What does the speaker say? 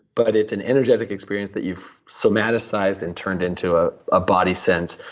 but it's an energetic experience that you've somatized and turned into a ah body sense,